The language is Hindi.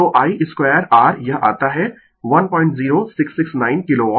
तो I स्क्वायर r यह आता है 10669 किलोवाट